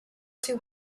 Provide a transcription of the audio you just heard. too